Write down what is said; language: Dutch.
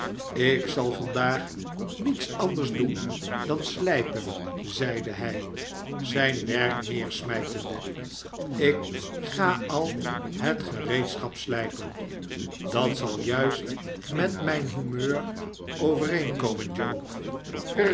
ik zal vandaag niets anders doen dan slijpen zeide hij zijn werk neersmijtende ik ga al het gereedschap slijpen dat zal juist met mijn humeur overeenkomen joe